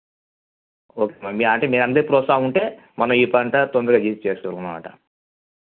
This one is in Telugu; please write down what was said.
ఓకే మరి అంటే మీ అందరి ప్రోత్సాహం ఉంటే మన ఈ పంట తొందరగా యూస్ చేస్తాం అన్నమాట